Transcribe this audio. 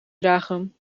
dragen